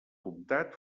comtat